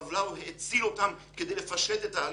הרב לאו האציל אותן כדי לפשט את התהליך,